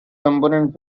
component